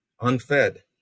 unfed